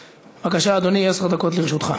בבקשה, אדוני, עשר דקות לרשותך.